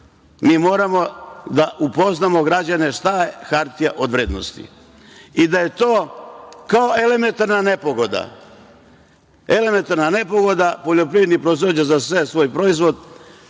Mi moramo da upoznamo građane šta su hartije od vrednosti. I da je to kao elementarna nepogoda. Elementarna nepogoda poljoprivredni proizvođač zaseje svoj proizvod,